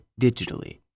digitally